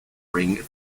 ring